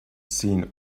seen